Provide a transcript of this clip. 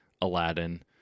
Aladdin